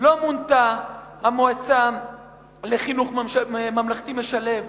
לא מונתה המועצה לחינוך ממלכתי משלב,